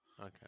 Okay